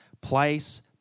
Place